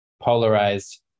polarized